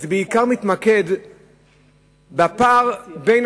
זה בעיקר מתמקד בפער בין